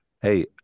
hey